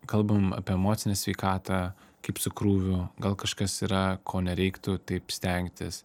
kalbam apie emocinę sveikatą kaip su krūviu gal kažkas yra ko nereiktų taip stengtis